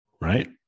Right